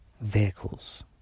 vehicles